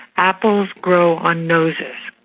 apples grow on noses.